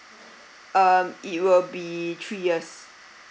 uh it will be three years